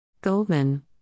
Goldman